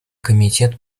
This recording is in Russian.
комитет